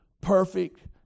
perfect